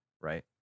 Right